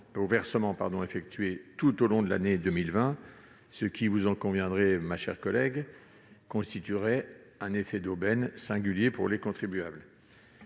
aux versements effectués tout au long de l'année 2020, ce qui, vous en conviendrez, ma chère collègue, constituerait un effet d'aubaine singulier pour les contribuables.